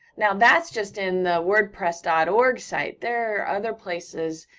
now, that's just in the wordpress dot org site, there are other places,